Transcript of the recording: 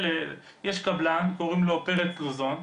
יש קבלן שקוראים לו פרץ לוזון,